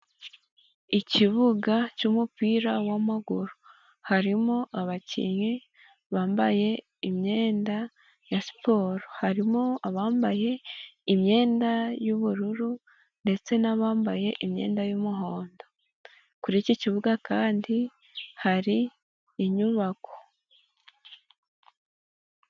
Ikibuga cy'umupira w'amaguru, harimo abakinnyi bambaye imyenda ya siporo, harimo abambaye imyenda y'ubururu ndetse n'abambaye imyenda y'umuhondo. Kuri iki kibuga kandi hari inyubako.